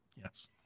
Yes